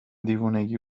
دیوونگی